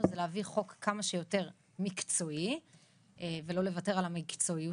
זה להביא חוק כמה שיותר מקצועי ולא לוותר על המקצועיות